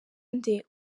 nde